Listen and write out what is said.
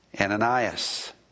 Ananias